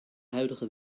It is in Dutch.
huidige